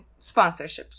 sponsorships